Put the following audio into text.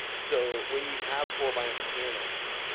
so when you have poor biomechanics,